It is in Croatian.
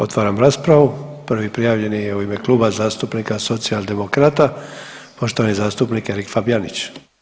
Otvaram raspravu, prvi prijavljeni je u ime Kluba zastupnika Socijaldemokrata poštovani zastupnik Erik Fabijanić.